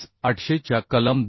800 च्या कलम 10